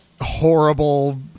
horrible